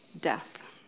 death